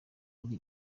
kuri